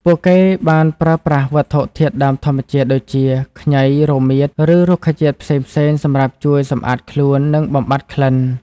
ពួកគេបានប្រើប្រាស់វត្ថុធាតុដើមធម្មជាតិដូចជា ខ្ញី រមៀត ឬរុក្ខជាតិផ្សេងៗសម្រាប់ជួយសម្អាតខ្លួន និងបំបាត់ក្លិន។